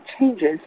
changes